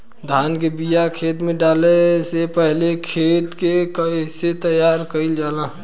धान के बिया खेत में डाले से पहले खेत के कइसे तैयार कइल जाला?